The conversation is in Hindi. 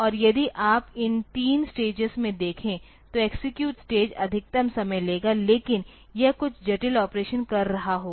और यदि आप इन तीन स्टेजेस में देखे तो एक्सेक्यूट स्टेज अधिकतम समय लेगा क्योंकि यह कुछ जटिल ऑपरेशन कर रहा होगा